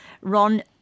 Ron